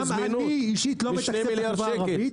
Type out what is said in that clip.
גם אני אישית לא מתקצב את החברה הערבית.